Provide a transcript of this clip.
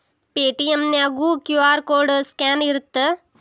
Paytm ನ್ಯಾಗು QR code scan ಇರತ್ತ